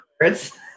words